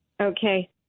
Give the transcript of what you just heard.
Okay